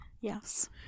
yes